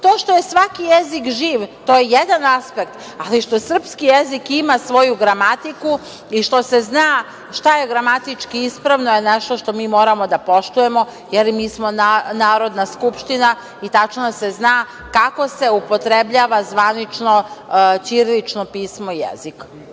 što je svaki jezik živ, to je jedan aspekt, ali što srpski jezik ima svoju gramatiku i što se zna šta je gramatički ispravno je nešto što mi moramo da poštujemo, jer mi smo Narodna skupština i tačno se zna kako se upotrebljava zvanično ćirilično pismo i jezik.